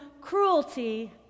cruelty